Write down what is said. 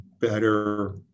better